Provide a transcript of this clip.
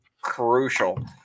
crucial